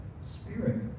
spirit